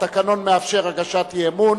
התקנון מאפשר הגשת אי-אמון,